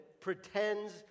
pretends